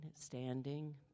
standing